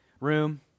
room